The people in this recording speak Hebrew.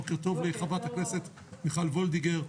בוקר טוב לחברת הכנסת מיכל וולדיגר.